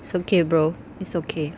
it's okay bro it's okay